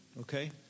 okay